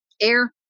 air